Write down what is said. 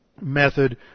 method